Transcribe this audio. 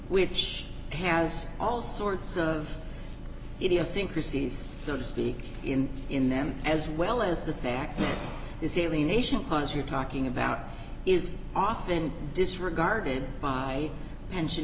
which has all sorts of idiosyncrasies so to speak in in them as well as the fact is alienation cause you're talking about is often disregarded by pension